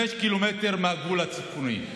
5 קילומטר מהגבול הצפוני.